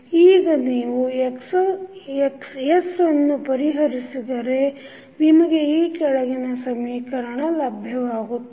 ಈಗ ನೀವು Xs ಅನ್ನು ಪರಿಹರಿಸಿದರೆ ನಿಮಗೆ ಈ ಕೆಳಗಿನ ಸಮೀಕರಣ ಲಭ್ಯವಾಗುತ್ತದೆ